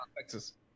Texas